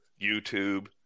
YouTube